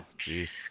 jeez